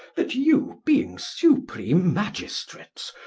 that you being supreme magistrates,